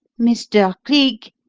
mr. cleek!